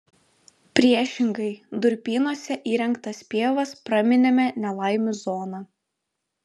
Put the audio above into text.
priešingai durpynuose įrengtas pievas praminėme nelaimių zona